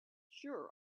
sure